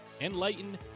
enlighten